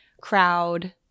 crowd